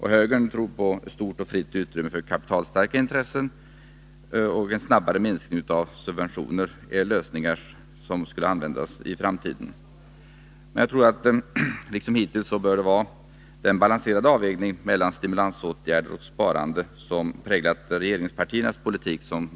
Högern tror på ett stort och fritt utrymme för kapitalstarka intressen och en snabbare minskning av subventioner. Det är lösningar som enligt högern skulle användas i framtiden. Men jag tror att man som hittills bör tillämpa den balanserade avvägningen mellan stimulansåtgärder och sparande som präglat regeringspartiernas politik.